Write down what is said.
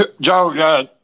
Joe